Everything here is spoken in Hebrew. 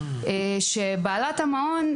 כאשר בעלת המעון,